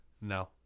No